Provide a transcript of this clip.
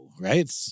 right